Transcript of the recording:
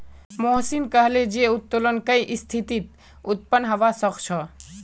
मोहनीश कहले जे उत्तोलन कई स्थितित उत्पन्न हबा सख छ